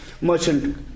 merchant